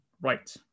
right